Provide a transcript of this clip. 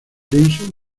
denso